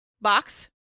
box